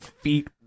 feet